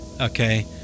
okay